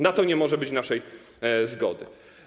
Na to nie może być naszej zgody.